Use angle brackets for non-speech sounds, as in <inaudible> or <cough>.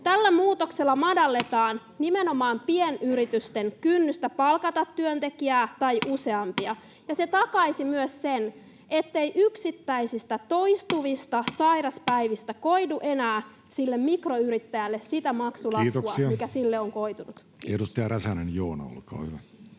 Tällä muutoksella madalletaan <noise> nimenomaan pienyritysten kynnystä palkata työntekijä tai useampia, <noise> ja se takaisi myös sen, ettei yksittäisistä toistuvista sairaspäivistä <noise> koidu enää mikroyrittäjälle sitä maksulaskua, mikä sille on koitunut. Kiitoksia. — Edustaja Räsänen, Joona, olkaa hyvä.